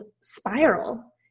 spiral